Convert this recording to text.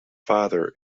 father